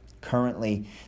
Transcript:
Currently